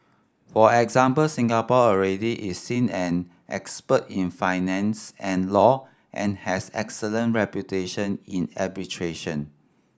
for example Singapore already is seen an expert in finance and law and has excellent reputation in arbitration